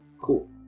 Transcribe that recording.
Cool